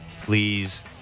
please